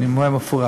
אני אומר במפורש,